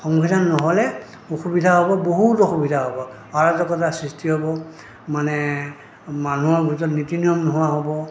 সংবিধান নহ'লে অসুবিধা হ'ব বহুত অসুবিধা হ'ব অৰাজকতাৰ সৃষ্টি হ'ব মানে মানুহৰ ভিতৰত নীতি নিয়ম নোহোৱা হ'ব